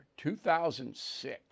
2006